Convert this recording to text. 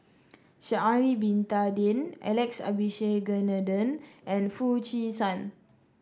Sha'ari Bin Tadin Alex Abisheganaden and Foo Chee San